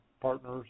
partners